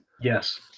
Yes